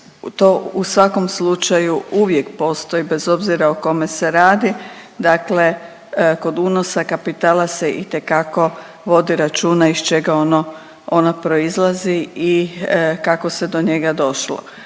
To u svakom slučaju uvijek postoji bez obzira o kome se radi. Dakle, kod unosa kapitala se itekako vodi računa iz čega ono, ona proizlazi i kako se do njega došlo,